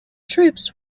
troops